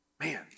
Man